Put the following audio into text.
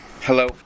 Hello